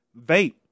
vape